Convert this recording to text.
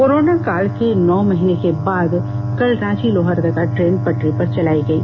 corona काल के नौ महीने बाद कल रांची लोहरदगा ट्रेन पटरी पर चलायी गयी